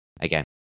Again